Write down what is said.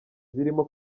zirimo